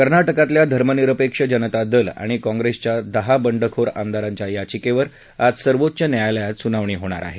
कर्नाटकातल्या धर्मनिरपेक्ष जनता दल आणि काँग्रेसच्या दहा बंडखोर आमदारांच्या याचिकेवर आज सर्वोच्च न्यायालयात सुनावणी होणार आहे